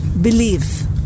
Believe